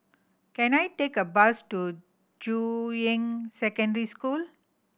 can I take a bus to Juying Secondary School